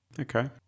Okay